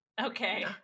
Okay